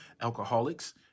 alcoholics